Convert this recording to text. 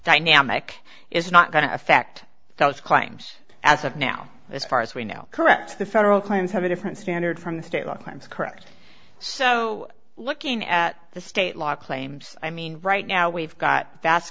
dynamic is not going to affect those claims as of now as far as we know correct the federal clans have a different standard from the state law claims correct so looking at the state law claims i mean right now we've got